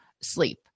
sleep